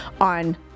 on